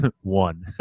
One